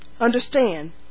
understand